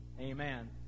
Amen